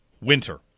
winter